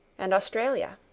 and australia.